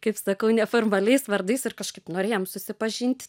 kaip sakau neformaliais vardais ir kažkaip norėjom susipažint